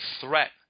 threat